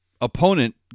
opponent